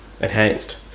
Enhanced